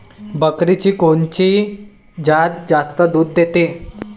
बकरीची कोनची जात जास्त दूध देते?